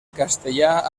castellà